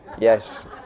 Yes